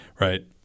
right